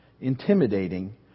intimidating